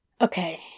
Okay